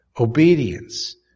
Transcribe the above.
obedience